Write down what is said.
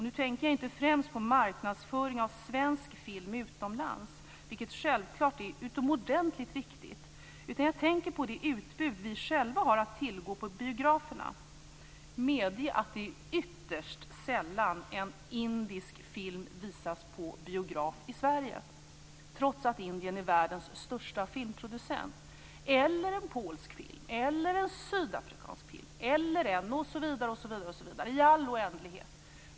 Nu tänker jag inte främst på marknadsföring av svensk film utomlands, vilket självklart är utomordentligt viktigt, utan jag tänker på det utbud vi själva har att tillgå på biograferna. Medge att det är ytterst sällan en indisk film visas på biograf i Sverige, trots att Indien är världens största filmproducent, eller en polsk film eller en sydafrikansk film eller en -, osv. i all oändlighet.